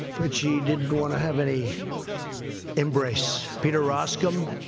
but she didn't want to have any embrace. peter roskam